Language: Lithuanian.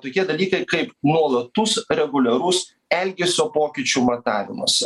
tokie dalykai kaip nuolatus reguliarus elgesio pokyčių matavimas